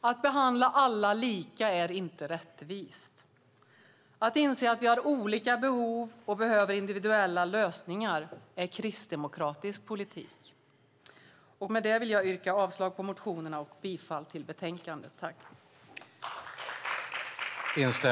Att behandla alla lika är inte rättvist. Att inse att vi har olika behov och behöver individuella lösningar är kristdemokratisk politik. Med detta yrkar jag avslag på motionerna och bifall till utskottets förslag i betänkandet. I detta anförande instämde Yvonne Andersson , Betty Malmberg , Tina Acketoft och Ulrika Carlsson i Skövde .